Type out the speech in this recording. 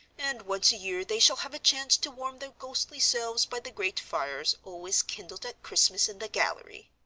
and once a year they shall have a chance to warm their ghostly selves by the great fires always kindled at christmas in the gallery.